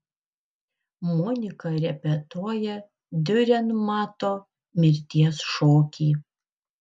monika repetuoja diurenmato mirties šokį